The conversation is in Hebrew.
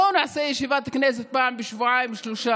בואו נעשה ישיבת כנסת פעם בשבועיים-שלושה,